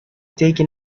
taken